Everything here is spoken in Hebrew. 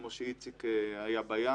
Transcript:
כמו שאיציק סעידיאן היה בים.